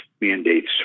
mandates